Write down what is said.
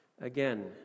Again